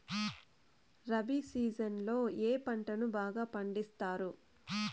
rabi season లో ఏ పంటలు బాగా పండిస్తారు